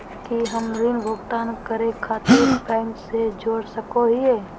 की हम ऋण भुगतान करे खातिर बैंक से जोड़ सको हियै?